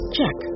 Check